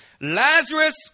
Lazarus